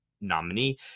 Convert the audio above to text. nominee